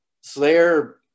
Slayer –